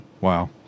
Wow